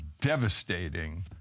devastating